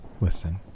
Listen